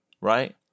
right